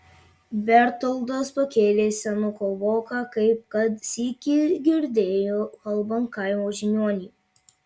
bertoldas pakėlė senuko voką kaip kad sykį girdėjo kalbant kaimo žiniuonį